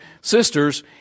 sisters